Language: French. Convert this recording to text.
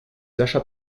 achats